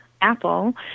Apple